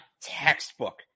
Textbook